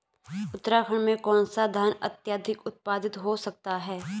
उत्तराखंड में कौन सा धान अत्याधिक उत्पादित हो सकता है?